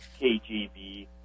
KGB